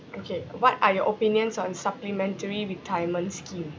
okay what are your opinions on supplementary retirement scheme